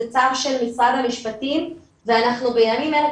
זה צו של משרד המשפטים ואנחנו בימים אלה,